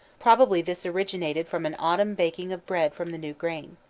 probably this originated from an autumn baking of bread from the new grain.